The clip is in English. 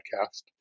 podcast